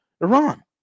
Iran